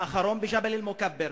והאחרון בגב'ל-אל-מוכבר.